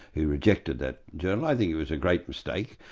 he rejected that journal i think it was a great mistake.